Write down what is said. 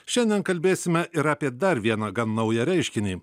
šiandien kalbėsime ir apie dar vieną gan naują reiškinį